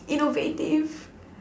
innovative